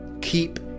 keep